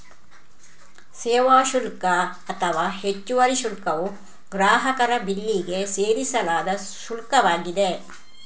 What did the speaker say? ಸೇವಾ ಶುಲ್ಕ ಅಥವಾ ಹೆಚ್ಚುವರಿ ಶುಲ್ಕವು ಗ್ರಾಹಕರ ಬಿಲ್ಲಿಗೆ ಸೇರಿಸಲಾದ ಶುಲ್ಕವಾಗಿದೆ